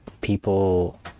people